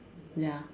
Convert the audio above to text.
ya